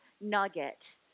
nugget